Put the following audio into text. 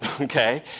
Okay